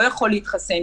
לא יכול להתחסן,